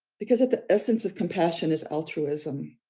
because at the essence of compassion is altruism.